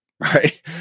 right